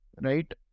Right